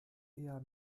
eher